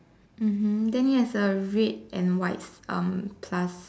mmhmm then he has a red and white um plus